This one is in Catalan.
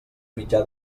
mitjà